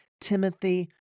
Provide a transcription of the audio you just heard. Timothy